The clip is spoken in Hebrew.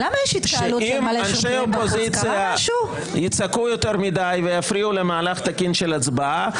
שאם אנשי האופוזיציה יצעקו יותר מדיי ויפריעו למהלך התקין של ההצבעה,